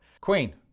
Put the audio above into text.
Queen